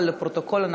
לפרוטוקול,